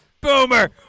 Boomer